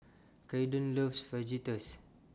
Kaiden loves Fajitas